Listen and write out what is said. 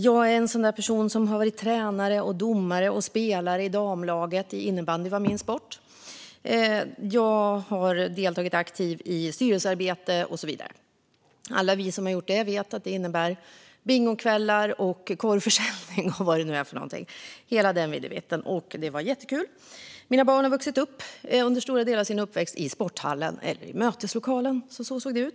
Jag är en sådan person som har varit tränare, domare och spelare i damlaget - innebandy var min sport - och jag har deltagit aktivt i styrelsearbete och så vidare. Alla vi som har gjort det vet att det innebär bingokvällar, korvförsäljning och vad det nu är för någonting. Det var jättekul! Mina barn har till stora delar vuxit upp i sporthallen eller i möteslokalen. Så såg det ut.